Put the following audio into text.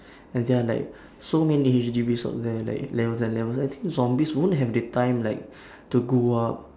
ya they are like so many H_D_Bs o~ that are like levels and levels I think zombies won't have the time like to go up